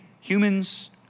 Humans